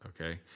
Okay